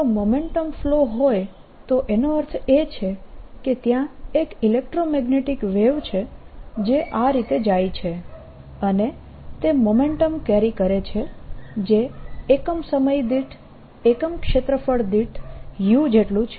જો momentum flow હોય તો એનો અર્થ એ છે કે ત્યાં એક ઇલેક્ટ્રોમેગ્નેટીક વેવ છે જે આ રીતે જાય છે અને તે મોમેન્ટમ કેરી કરે છે જે એકમ સમય દીઠ એકમ ક્ષેત્રફળ દીઠ u જેટલું છે